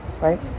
right